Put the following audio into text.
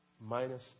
minus